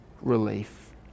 relief